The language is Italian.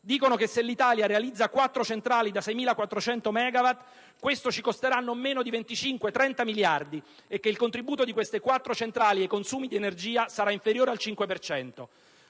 Dicono che se l'Italia realizza 4 centrali da 6.400 megawatt, questo ci costerà non meno di 25-30 miliardi di euro e che il contributo di queste quattro centrali ai consumi di energia sarà inferiore al 5